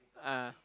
ah